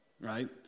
right